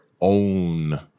own